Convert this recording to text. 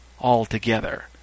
altogether